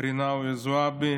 רינאוי זועבי,